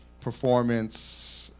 performance